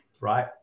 right